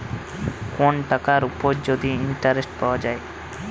কোন টাকার উপর যদি ইন্টারেস্ট পাওয়া যায়